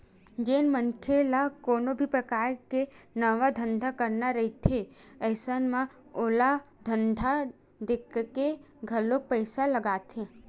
जेन मनखे ल कोनो भी परकार के नवा धंधा करना रहिथे अइसन म ओला धंधा देखके घलोक पइसा लगथे